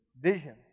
visions